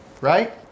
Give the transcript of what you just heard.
right